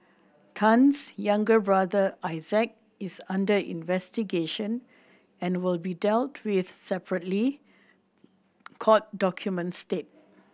Tan's younger brother Isaac is under investigation and will be dealt with separately court documents state